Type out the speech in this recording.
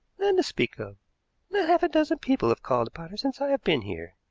none to speak of. not half a dozen people have called upon her since i have been here.